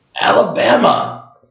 Alabama